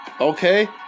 okay